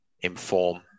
inform